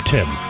Tim